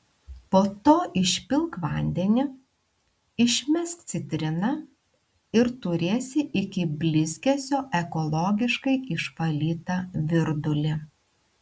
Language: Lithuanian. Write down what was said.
po to išpilk vandenį išmesk citriną ir turėsi iki blizgesio ekologiškai išvalytą virdulį